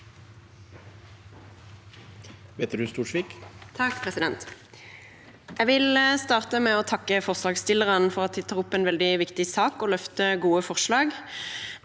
Jeg vil starte med å takke forslagsstillerne for at de tar opp en veldig viktig sak og løfter gode forslag.